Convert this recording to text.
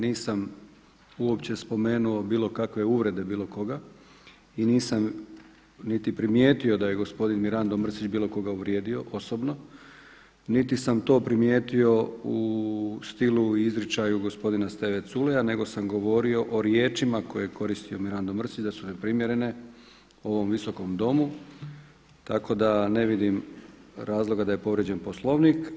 Nisam uopće spomenuo bilo kakve uvrede, bilo koga i nisam niti primijetio da je gospodin Mirando Mrsić bilo koga uvrijedio, osobno, niti sam to primijetio u stilu i izričaju gospodina Steve Culeja nego sam govorio o riječima koje je koristio Mirando Mrsić da su neprimjerene u ovom Visokom domu tako da ne vidim razloga da je povrijeđen Poslovnik.